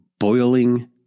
Boiling